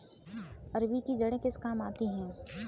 अरबी की जड़ें किस काम आती हैं?